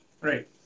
Right